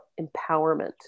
empowerment